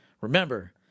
Remember